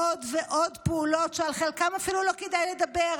יש עוד ועוד פעולות שעל חלקן אולי אפילו לא כדאי לדבר,